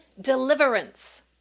deliverance